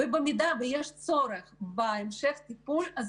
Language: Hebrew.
במידה שיש צורך בהמשך טיפול,